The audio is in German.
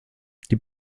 die